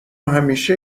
همیشه